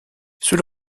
cela